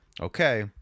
Okay